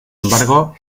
embargo